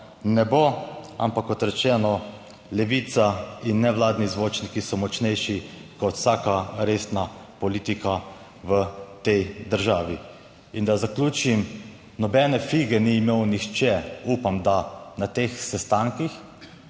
ne bo, ampak, kot rečeno, Levica in nevladni zvočniki so močnejši kot vsaka resna politika v tej državi. In da zaključim, nobene fige ni imel nihče upam, da na teh sestankih,